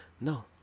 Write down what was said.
No